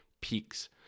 peaks